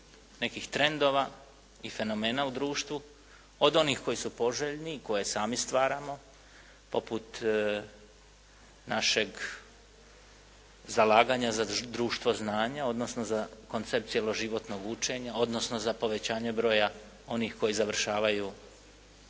nekih trendova i fenomena u društvu od onih koji su poželjni i koje sami stvaramo poput našeg zalaganja za društvo znanja odnosno za koncept cjeloživotnog učenja odnosno za povećanje broja onih koji završavaju